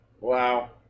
Wow